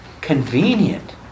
convenient